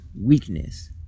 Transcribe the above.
weakness